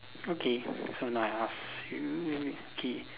okay so now I ask you okay